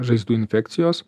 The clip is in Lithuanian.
žaizdų infekcijos